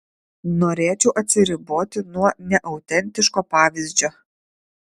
norėčiau atsiriboti nuo neautentiško pavyzdžio